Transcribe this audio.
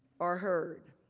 or heard.